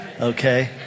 okay